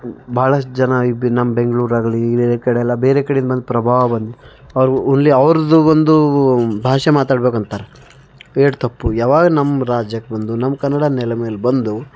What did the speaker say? ಬಹಳಷ್ಟು ಜನ ಈ ನಮ್ಮ ಬೆಂಗ್ಳೂರು ಆಗಲಿ ಬೇರೆ ಕಡೆ ಎಲ್ಲ ಬೇರೆ ಕಡೆಂದ ಬಂದು ಪ್ರಭಾವ ಬಂದು ಅವ್ರು ಓನ್ಲಿ ಅವರದ್ದು ಒಂದು ಭಾಷೆ ಮಾತಾಡ್ಬೇಕಂತಾರ ಏನು ತಪ್ಪು ಯಾವಾಗ ನಮ್ಮ ರಾಜ್ಯಕ್ಕೆ ಬಂದು ನಮ್ಮ ಕನ್ನಡ ನೆಲ ಮೇಲೆ ಬಂದು